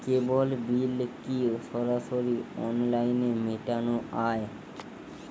কেবল bill কি সরাসরি অনলাইনে মেটানো য়ায়?